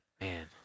Man